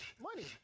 Money